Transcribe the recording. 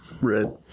red